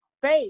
faith